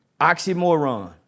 Oxymoron